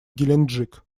геленджик